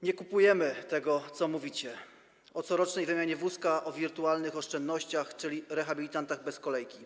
Nie kupujemy tego, co mówicie, o corocznej wymianie wózka, o wirtualnych oszczędnościach, czyli rehabilitantach bez kolejki.